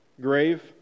grave